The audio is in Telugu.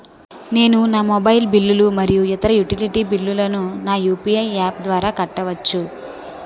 నేను నా మొబైల్ బిల్లులు మరియు ఇతర యుటిలిటీ బిల్లులను నా యు.పి.ఐ యాప్ ద్వారా కట్టవచ్చు